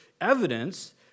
evidence